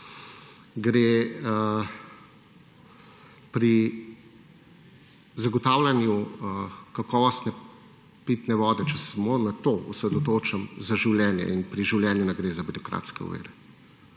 gre pri zagotavljanju kakovostne pitne vode, če se samo na to osredotočim, za življenje. In pri življenju ne gre za birokratske ovire.